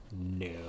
No